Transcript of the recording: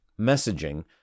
messaging